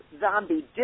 Zombie